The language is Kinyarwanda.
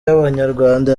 y’abanyarwanda